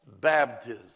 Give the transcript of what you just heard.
baptism